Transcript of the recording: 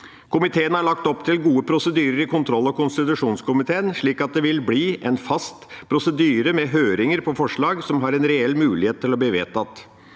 Komiteen har lagt opp til gode prosedyrer i kontroll- og konstitusjonskomiteen, slik at det vil bli en fast prosedyre med høringer av forslag som har en reell mulighet til å bli vedtatt.